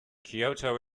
kyoto